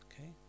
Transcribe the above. Okay